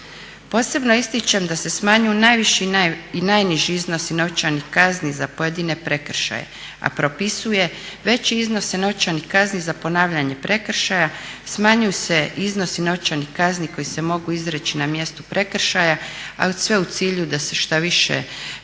Posebno ističem da se smanjuju najviši i najniži iznosi novčani kazni za pojedine prekršaje, a propisuje veće iznose novčanih kazni za ponavljanje prekršaja, smanjuju se iznosi novčanih kazni koji se mogu izreći na mjestu prekršaja, a sve u cilju da se što više naplatiti